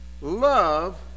love